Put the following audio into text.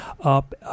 up